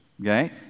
okay